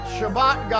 Shabbat